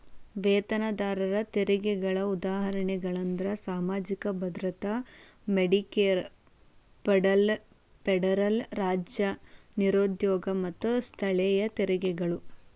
ವೇತನದಾರರ ತೆರಿಗೆಗಳ ಉದಾಹರಣೆಗಳಂದ್ರ ಸಾಮಾಜಿಕ ಭದ್ರತಾ ಮೆಡಿಕೇರ್ ಫೆಡರಲ್ ರಾಜ್ಯ ನಿರುದ್ಯೋಗ ಮತ್ತ ಸ್ಥಳೇಯ ತೆರಿಗೆಗಳು